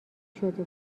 شده